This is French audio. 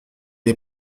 est